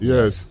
Yes